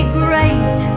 great